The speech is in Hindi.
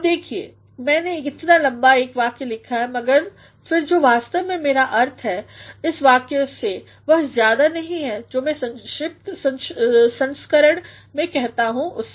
अब देखिए मैने एक लम्बा वाक्य लिखा है मगर फिर जो वास्तव में मेरा अर्थ है इस वाक्य से वह ज्यादा नहीं है जो मै संशोधितसंस्करण में कहता हूँ उससे